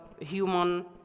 human